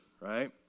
right